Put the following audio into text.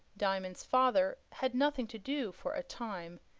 diamond's father had nothing to do for a time,